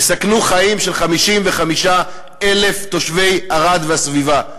יסכנו את חיים של 55,000 תושבי ערד והסביבה.